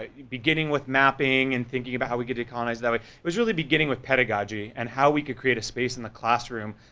beginning with mapping, and thinking about how we get de-colonised that way, it was really beginning with pedagogy, and how we can create a space in the classroom,